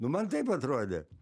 nu man taip atrodė